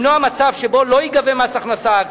כדי למנוע מצב שבו לא ייגבה מס הכנסה,